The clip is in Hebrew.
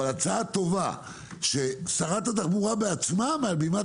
אבל הצעה טובה ששרת התחבורה בעצמה מעל במת